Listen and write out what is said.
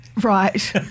Right